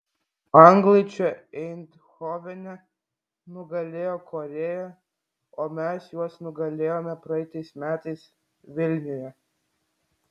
anglai čia eindhovene nugalėjo korėją o mes juos nugalėjome praeitais metais vilniuje